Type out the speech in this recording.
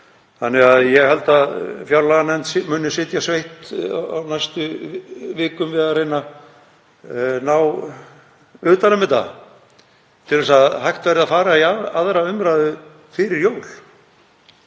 þannig að ég held að fjárlaganefnd muni sitja sveitt á næstu vikum við að reyna ná utan um þetta til að hægt verði að fara í 2. umr. fjárlaga fyrir jól.